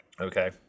Okay